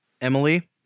Emily